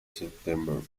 september